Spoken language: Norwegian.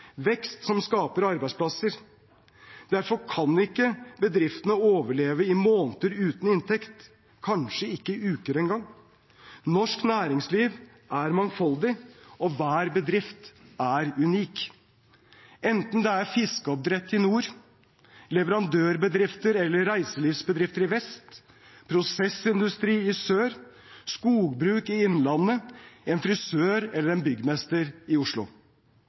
vekst som skaper arbeidsplasser. Derfor kan ikke bedriftene overleve i måneder uten inntekt, kanskje ikke i uker engang. Norsk næringsliv er mangfoldig, og hver bedrift er unik, enten det er fiskeoppdrett i nord leverandørbedrifter eller reiselivsbedrifter i vest prosessindustri i sør skogbruk i Innlandet, eller en frisør eller en byggmester i Oslo.